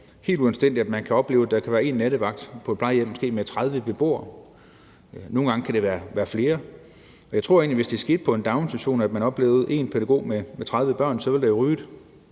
helt uanstændigt, at man kan opleve, at der kan være én nattevagt på et plejehjem med måske 30 beboere, og nogle gange kan der være flere. Jeg tror egentlig, at hvis det skete i en daginstitution, at man oplevede, at der var en pædagog til 30 børn, ville der lyde